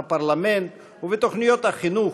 בפרלמנט ובתוכניות החינוך,